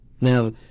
Now